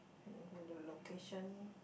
mm then the location